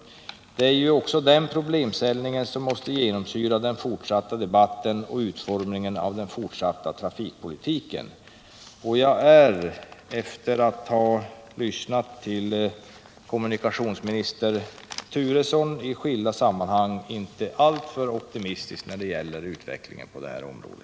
Det är också den problemställningen som måste genomsyra det fortsatta arbetet och utformningen av den fortsatta trafikpolitiken. Efter att ha lyssnat till kommunikationsminister Turesson i skilda sammanhang är jag inte alltför optimistisk när det gäller utvecklingen på detta område.